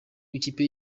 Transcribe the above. w’ikipe